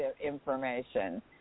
information